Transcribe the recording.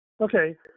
Okay